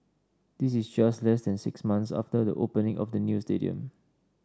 this is just less than six months after the opening of the new stadium